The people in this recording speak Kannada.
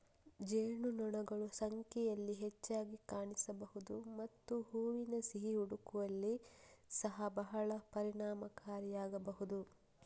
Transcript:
ಜೇನುನೊಣಗಳು ಸಂಖ್ಯೆಯಲ್ಲಿ ಹೆಚ್ಚಾಗಿ ಕಾಣಿಸಬಹುದು ಮತ್ತು ಹೂವಿನ ಸಿಹಿ ಹುಡುಕುವಲ್ಲಿ ಸಹ ಬಹಳ ಪರಿಣಾಮಕಾರಿಯಾಗಬಹುದು